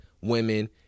women